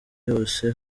yose